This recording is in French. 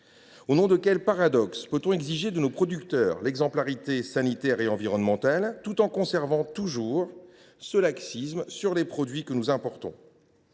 Au nom de quel paradoxe peut on exiger de nos producteurs l’exemplarité sanitaire et environnementale, tout en nous montrant laxistes pour les produits que nous importons ?